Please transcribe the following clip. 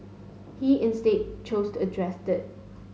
he instead chose to address it